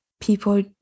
people